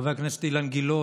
חבר הכנסת אילן גילאון,